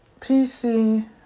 PC